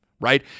right